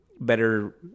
better